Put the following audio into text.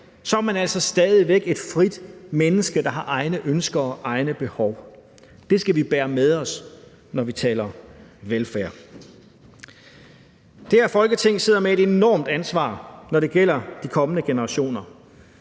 så er man altså stadig væk et frit menneske, der har egne ønsker og egne behov. Det skal vi bære med os, når vi taler velfærd. Det her Folketing sidder med et enormt ansvar, når det gælder de kommende generationer.